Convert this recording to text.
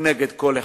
וכנגד כל אחד.